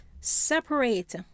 separate